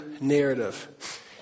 narrative